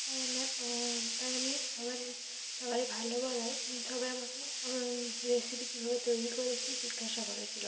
তাই আমার তাই আমি সবার সবাই ভালো বলায় সবাই আমাকে রেসিপি কীভাবে তৈরি করেছি জিজ্ঞাসা করেছিলো